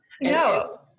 No